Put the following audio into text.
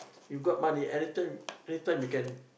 you got money anytime anytime you can